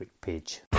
page